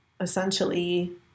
essentially